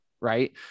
right